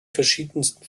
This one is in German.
verschiedensten